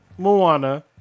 Moana